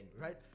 right